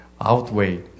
Outweigh